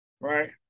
Right